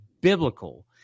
biblical